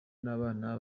n’abana